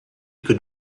could